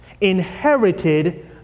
inherited